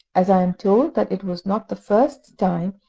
as i am told that it was not the first time,